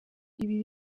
ibi